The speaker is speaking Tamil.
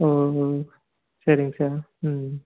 ஓ ஒ சரிங்க சார் ம்